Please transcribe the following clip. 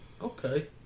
Okay